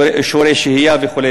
אישורי שהייה וכו'.